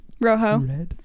Rojo